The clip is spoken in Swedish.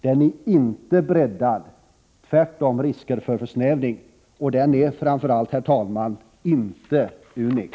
Den är inte tillräckligt breddad. Tvärtom, det finns risk för försnävning. Den är framför allt, herr talman, inte unik!